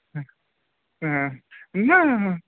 ह ह ना